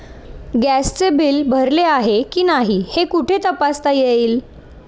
गॅसचे बिल भरले आहे की नाही हे कुठे तपासता येईल?